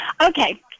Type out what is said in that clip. Okay